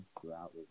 throughout